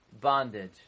bondage